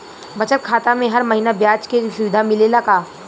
बचत खाता में हर महिना ब्याज के सुविधा मिलेला का?